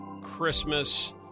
Christmas